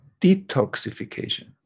detoxification